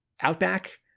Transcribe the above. Outback